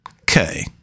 Okay